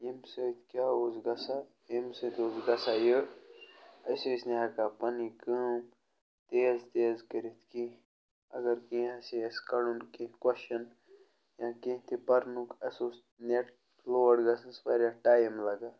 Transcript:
ییٚمہِ سۭتۍ کیٛاہ اوس گژھان ییٚمہِ سۭتۍ اوس گژھان یہِ أسۍ ٲسۍ نہٕ ہٮ۪کان پَنٕنۍ کٲم تیز تیز کٔرِتھ کیٚنٛہہ اگر کیٚنٛہہ آسہِ اَسہِ کَڈُن کیٚنٛہہ کوۄسچَن یا کیٚنٛہہ تہِ پَرنُک اَسہِ اوس نٮ۪ٹ لوڈ گَژھنَس واریاہ ٹایِم لَگان